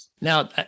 Now